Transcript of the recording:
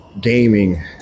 gaming